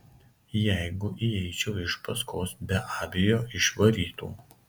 jeigu įeičiau iš paskos be abejo išvarytų